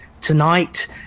tonight